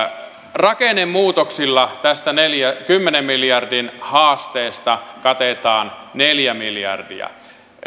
rakennemuutoksilla tästä kymmenen miljardin haasteesta katetaan neljä miljardia